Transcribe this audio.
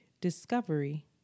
discovery